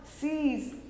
sees